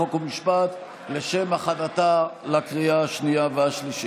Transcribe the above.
חוק ומשפט לשם הכנתה לקריאה השנייה והשלישית.